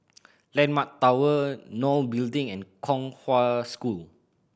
Landmark Tower NOL Building and Kong Hwa School